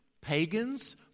pagans